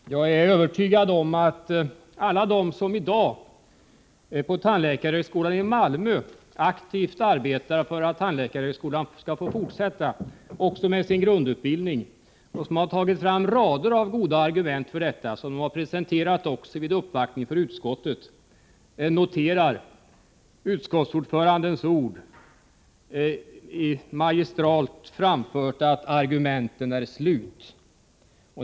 Herr talman! Jag är övertygad om att alla de på tandläkarhögskolan i Malmö som i dag aktivt arbetar för att tandläkarhögskolan skall få fortsätta även med sin grundutbildning och som har tagit fram en rad goda argument härför, vilka de också presenterat i samband med uppvaktning hos utskottet, noterar att utskottsordförandens magistralt sagt att argumenten är slut.